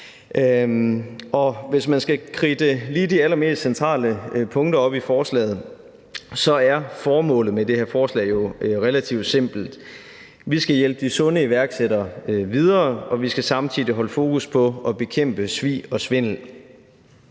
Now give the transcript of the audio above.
hvis man lige skal kridte de allermest centrale punkter i lovforslaget op, er formålet med det her forslag jo relativt simpelt: Vi skal hjælpe de sunde iværksættere videre, og vi skal samtidig holde fokus på at bekæmpe svig og svindel.